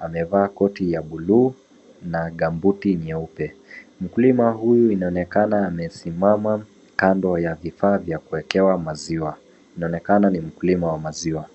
amevaa koti ya bluu na gambuti nyeupe. Mkulima huyu inaonekana amesimama kando ya vifaa vya kuwekewa maziwa, inaonekana ni mkulima wa maziwa.